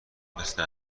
مثل